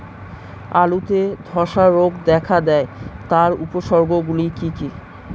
আলুতে ধ্বসা রোগ দেখা দেয় তার উপসর্গগুলি কি কি?